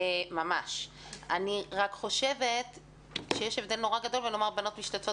אני רק חושבת שיש הבדל מאוד גדול בין לומר: בנות משתתפות